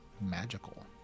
magical